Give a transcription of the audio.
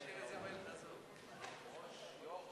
(תיקון),